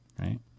right